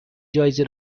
جایزه